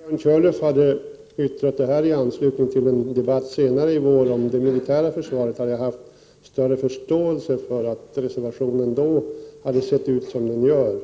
Herr talman! Om Björn Körlof hade yttrat detta i anslutning till en debatt senare i vår om det militära försvaret, hade jag haft större förståelse för att reservationen ser ut som den gör.